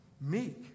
meek